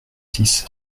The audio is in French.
six